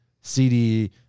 cd